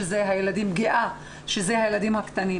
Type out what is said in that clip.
שזה הילדים הקטנים.